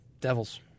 Devils